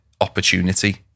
opportunity